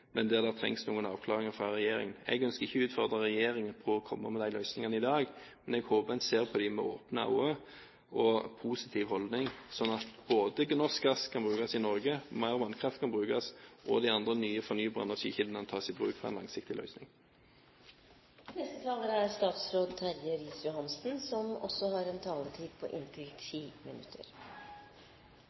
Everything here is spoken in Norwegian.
men at det trengs noen avklaringer fra regjeringen. Jeg ønsker ikke å utfordre regjeringen på å komme med disse løsningene i dag, men jeg håper en ser på dette med åpne øyne og med en positiv holdning, slik at både norsk gass og mer vannkraft kan brukes i Norge, og at de andre nye fornybare energikildene kan tas i bruk – med tanke på en langsiktig løsning. Kraftsituasjonen og de kraftprisene vi opplever, er